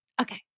Okay